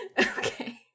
Okay